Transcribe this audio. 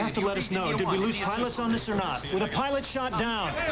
um to let us know. did we lose yeah pilots on this? and ah so were the pilots shot down?